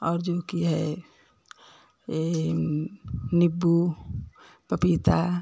और जो कि है ये नींबू पपीता